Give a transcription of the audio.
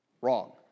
wrong